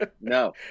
No